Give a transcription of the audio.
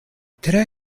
tre